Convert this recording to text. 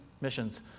missions